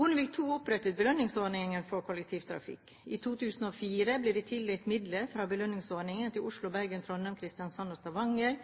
Bondevik II opprettet belønningsordningen for kollektivtrafikken. I 2004 ble det tildelt midler fra belønningsordningen til Oslo, Bergen, Trondheim, Kristiansand og Stavanger.